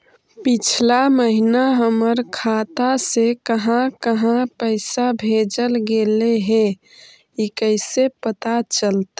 पिछला महिना हमर खाता से काहां काहां पैसा भेजल गेले हे इ कैसे पता चलतै?